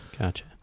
Gotcha